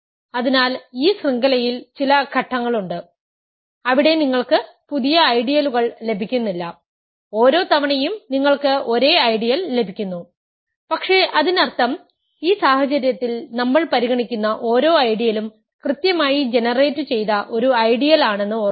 അതിനാൽ ഈ ശൃംഖലയിൽ ചില ഘട്ടങ്ങളുണ്ട് അവിടെ നിങ്ങൾക്ക് പുതിയ ഐഡിയലുകൾ ലഭിക്കുന്നില്ല ഓരോ തവണയും നിങ്ങൾക്ക് ഒരേ ഐഡിയൽ ലഭിക്കുന്നു പക്ഷേ അതിനർത്ഥം ഈ സാഹചര്യത്തിൽ നമ്മൾ പരിഗണിക്കുന്ന ഓരോ ഐഡിയലുo കൃത്യമായി ജനറേറ്റുചെയ്ത ഒരു ഐഡിയൽ ആണെന്ന് ഓർക്കുക